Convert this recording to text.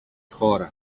χώρα